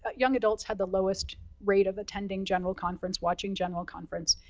ah young adults have the lowest rate of attending general conference, watching general conference.